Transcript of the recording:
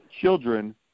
children